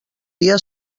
dia